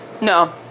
No